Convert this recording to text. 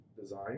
design